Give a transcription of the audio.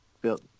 built